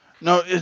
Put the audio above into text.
No